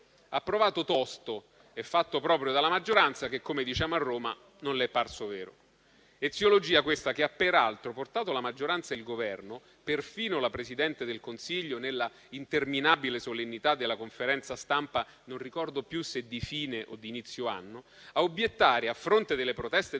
approvato tosto e fatto proprio dalla maggioranza che, come diciamo a Roma, non le è parso vero. Eziologia, questa, che ha peraltro portato la maggioranza e il Governo, perfino la Presidente del Consiglio nella interminabile solennità della conferenza stampa (non ricordo più se di fine o di inizio anno), a obiettare, a fronte delle proteste dei